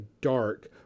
dark